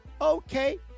okay